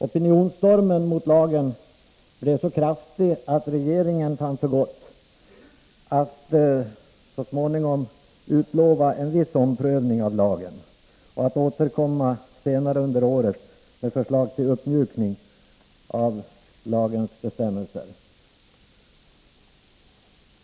Opinionstormen mot lagen blev så kraftig att regeringen så småningom fann för gott att utlova en viss omprövning av lagen och att senare under året återkomma med förslag till uppmjukning av lagbestämmelserna.